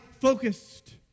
focused